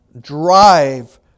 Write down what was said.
drive